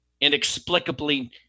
inexplicably